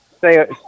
say